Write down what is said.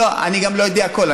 אני לא יודע הכול.